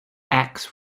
acts